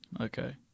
Okay